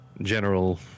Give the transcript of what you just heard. General